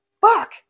fuck